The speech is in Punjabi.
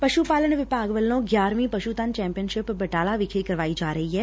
ਪਸ਼ੁ ਪਾਲਣ ਵਿਭਾਗ ਵੱਲੋ ਗਿਆਰਵੀ ਪਸ਼ੁਧਨ ਚੈਂਪੀਅਨਸ਼ਿਪ ਬਟਾਲਾ ਵਿਖੇ ਕਰਵਾਈ ਜਾ ਰਹੀ ਐ